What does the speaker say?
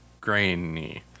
grainy